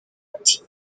ati